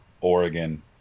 oregon